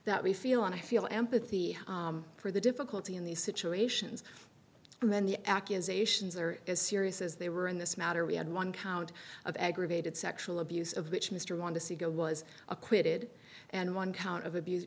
that we feel and i feel empathy for the difficulty in these situations when the accusations are as serious as they were in this matter we had one count of aggravated sexual abuse of which mr want to see go was acquitted and one count of abuse